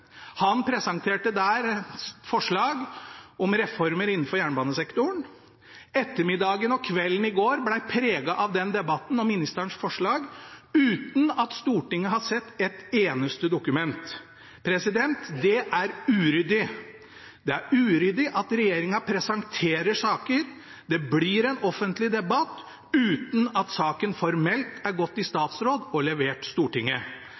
Han presenterte der forslag om reformer innenfor jernbanesektoren. Ettermiddagen og kvelden i går ble preget av debatten om ministerens forslag – uten at Stortinget har sett et eneste dokument. Det er uryddig! Det er uryddig at regjeringen presenterer saker og det blir en offentlig debatt, uten at saken formelt er gått i statsråd og levert Stortinget.